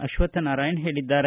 ಅಶ್ವಥ್ನಾರಾಯಣ ಹೇಳಿದ್ದಾರೆ